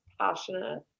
passionate